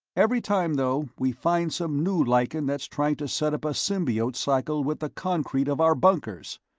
every time, though, we find some new lichen that's trying to set up a symbiote cycle with the concrete of our bunkers.